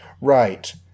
Right